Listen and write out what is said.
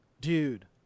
Dude